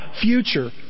Future